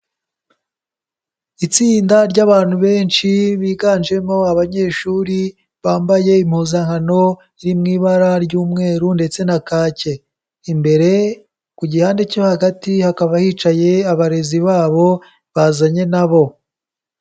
Itsinda ry'abantu benshi, biganjemo abanyeshuri, bambaye impuzankano iri mu ibara ry'umweru ndetse na kake. Imbere ku gihande cyo hagati, hakaba hicaye abarezi babo bazanye na bo.